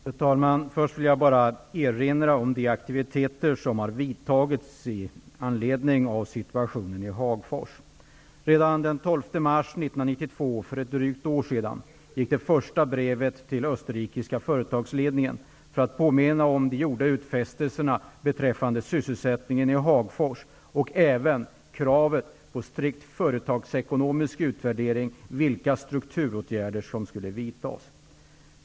Fru talman! Först vill jag bara erinra om de aktiviteter som har vidtagits i anledning av situationen i Hagfors. Redan den 12 mars 1992, för ett drygt år sedan, gick det första brevet till österrikiska företagsledningen för att påminna om de gjorda utfästelserna beträffande sysselsättningen i Hagfors och även om kravet på strikt företagsekonomisk utvärdering av vilka strukturåtgärder som skulle vidtas.